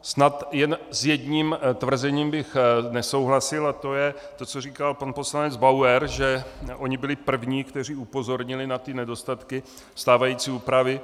Snad jen s jedním tvrzením bych nesouhlasil a to je to, co říkal pan poslanec Bauer, že oni byli první, kteří upozornili na nedostatky stávající úpravy.